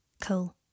Cool